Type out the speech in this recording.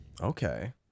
Okay